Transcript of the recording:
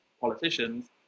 politicians